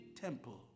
temple